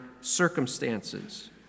circumstances